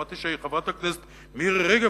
ושמעתי שחברת הכנסת מירי רגב,